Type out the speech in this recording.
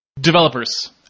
Developers